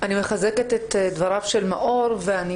אני מחזקת את דבריו של מאור.